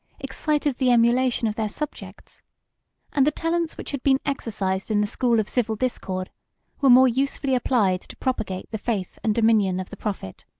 excited the emulation of their subjects and the talents which had been exercised in the school of civil discord were more usefully applied to propagate the faith and dominion of the prophet.